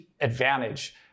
advantage